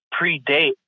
predate